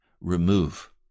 remove